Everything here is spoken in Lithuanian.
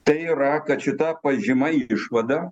tai yra kad šita pažyma išvada